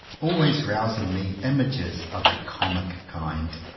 always rouse in me images of a comic kind.